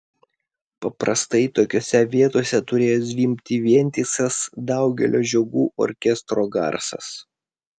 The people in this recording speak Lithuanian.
paprastai tokiose vietose turėjo zvimbti vientisas daugelio žiogų orkestro garsas